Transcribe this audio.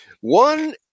one